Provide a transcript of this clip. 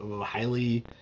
highly